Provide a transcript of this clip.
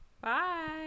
Bye